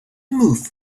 move